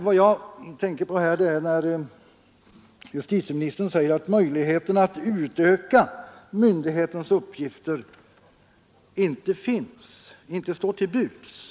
Vad jag tänker på här är justitieministerns uttalande att möjlighet att utöka myndighetens uppgifter inte står till buds.